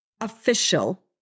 official